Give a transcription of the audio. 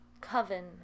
coven